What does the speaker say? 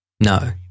No